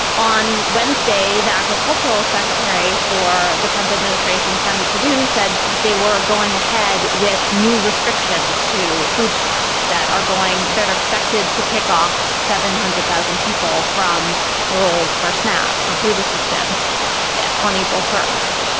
on wednesday, the agricultural secretary for the trump administration, sonny perdue, said they were going ahead with new restrictions to food stamps that are going that are expected to kick off seven hundred thousand people from the rolls for snap for food assistance on april first.